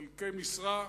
חלקי משרה,